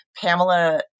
Pamela